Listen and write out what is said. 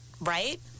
right